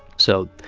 so,